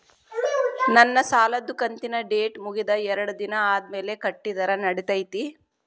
ನನ್ನ ಸಾಲದು ಕಂತಿನ ಡೇಟ್ ಮುಗಿದ ಎರಡು ದಿನ ಆದ್ಮೇಲೆ ಕಟ್ಟಿದರ ನಡಿತೈತಿ?